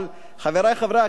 חברי חברי הכנסת,